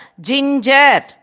ginger